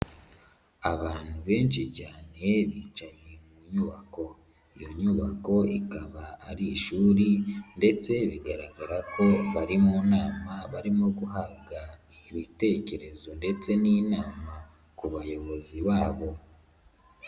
Abantu benshi cyane bicaye mu nyubako. Iyo nyubako ikaba ari ishuri ndetse bigaragara ko bari mu nama, barimo guhabwa ibitekerezo ndetse n'inama. Ku bayobozi babo.